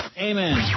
Amen